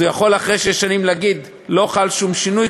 הוא יכול אחרי שש שנים להגיד: לא חל שום שינוי,